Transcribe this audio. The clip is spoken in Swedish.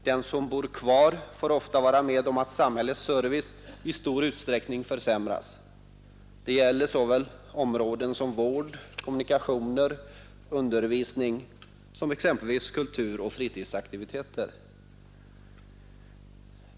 Den som bor kvar får ofta vara med om att samhällets service i stor utsträckning försämras. Det gäller såväl vård, kommunikationer och undervisning som exempelvis kultur och fritidsaktiviteter.